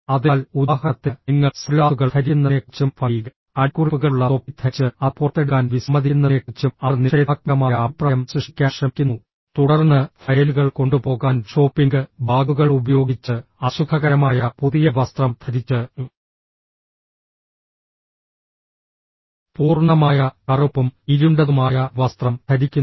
അതിനാൽ ഉദാഹരണത്തിന് നിങ്ങൾ സൺഗ്ലാസുകൾ ധരിക്കുന്നതിനെക്കുറിച്ചും ഫങ്കി അടിക്കുറിപ്പുകളുള്ള തൊപ്പി ധരിച്ച് അത് പുറത്തെടുക്കാൻ വിസമ്മതിക്കുന്നതിനെക്കുറിച്ചും അവർ നിഷേധാത്മകമായ അഭിപ്രായം സൃഷ്ടിക്കാൻ ശ്രമിക്കുന്നു തുടർന്ന് ഫയലുകൾ കൊണ്ടുപോകാൻ ഷോപ്പിംഗ് ബാഗുകൾ ഉപയോഗിച്ച് അസുഖകരമായ പുതിയ വസ്ത്രം ധരിച്ച് പൂർണ്ണമായ കറുപ്പും ഇരുണ്ടതുമായ വസ്ത്രം ധരിക്കുന്നു